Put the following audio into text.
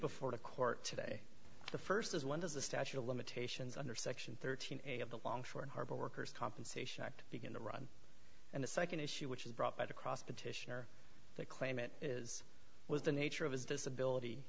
before the court today the first is when does the statute of limitations under section thirteen a of the longshore and harbor workers compensation act begin to run and the second issue which is brought by the cross petitioner they claim it is was the nature of his disability